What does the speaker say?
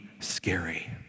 scary